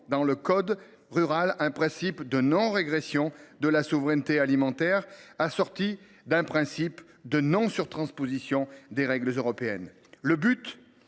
dans le code rural un principe de non régression de la souveraineté alimentaire, assorti d’un principe de non surtransposition des règles européennes. Le but